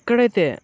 ఎక్కడైతే